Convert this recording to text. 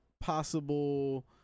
possible